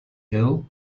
hill